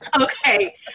Okay